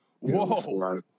Whoa